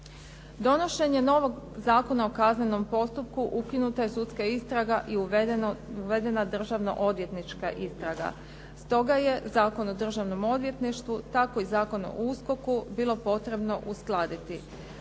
Donošenjem novog Zakona o kaznenom postupku ukinuta je sudska istraga i uvedena državno-odvjetnička istraga. Stoga je Zakon o državnom odvjetništvu tako i Zakon o USKOK-u bilo potrebno uskladiti.